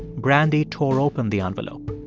brandy tore open the envelope.